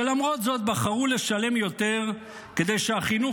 שלמרות זאת בחרו לשלם יותר כדי שהחינוך